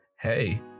hey